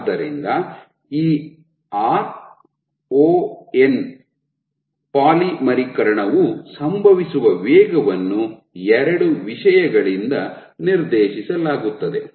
ಆದ್ದರಿಂದ ಈ ron ಪಾಲಿಮರೀಕರಣವು ಸಂಭವಿಸುವ ವೇಗವನ್ನು ಎರಡು ವಿಷಯಗಳಿಂದ ನಿರ್ದೇಶಿಸಲಾಗುತ್ತದೆ